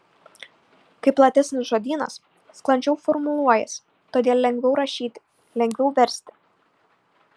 kai platesnis žodynas sklandžiau formuluojasi todėl lengviau rašyti lengviau versti